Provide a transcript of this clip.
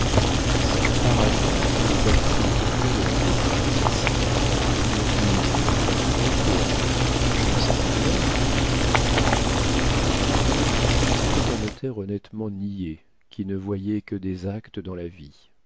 si par hasard ils apprennent le pourquoi de leur bêtise assassine ils disent ma foi je n'en savais rien enfin c'était un notaire honnêtement niais qui ne voyait que des actes dans la vie